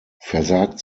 versagt